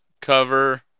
cover